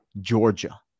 Georgia